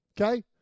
Okay